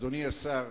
אדוני השר,